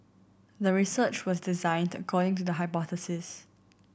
the research was designed according to the hypothesis